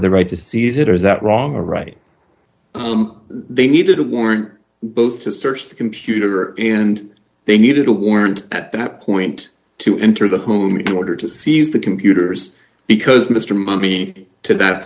of the right to seize it or is that wrong or right they needed a warrant both to search the computer and they needed a warrant at that point to enter the whom in order to seize the computers because mr money to that